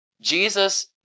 Jesus